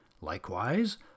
Likewise